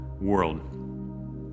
world